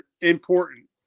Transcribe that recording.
important